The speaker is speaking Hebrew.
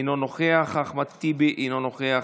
אינו נוכח, אחמד טיבי אינו נוכח,